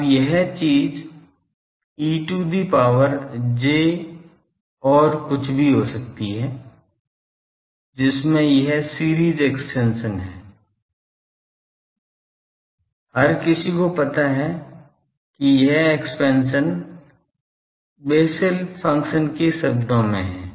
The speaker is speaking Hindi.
अब यह चीज e to the power j और कुछ हो सकती है जिसमें यह सीरीज एक्सपेंशन है हर किसी को पता है कि यह एक्सपेंशन बेसेल फंक्शन्स के शब्दों में है